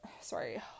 Sorry